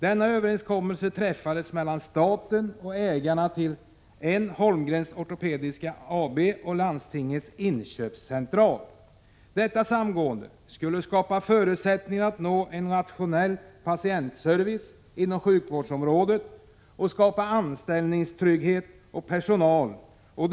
Denna överenskommelse träffades mellan staten och ägarna till Een-Holmgren Ortopediska AB och Landstingens inköpscentral. Detta samgående skulle skapa förutsättningar att nå en rationell patientservice inom sjukvårdsområdet och skapa anställningstrygghet åt personalen.